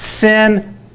sin